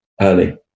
early